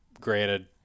granted